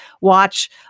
watch